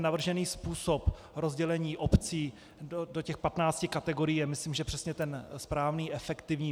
Navržený způsob rozdělení obcí do 15 kategorií je myslím přesně ten správný a efektivní.